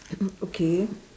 mm okay